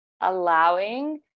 allowing